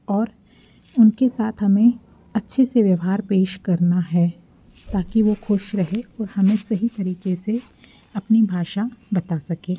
और उनके साथ हमें अच्छे से व्यवहार पेश करना है ताकि वो ख़ुश रहें और हमें सही तरीक़े से अपनी भाषा बता सकें